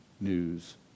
news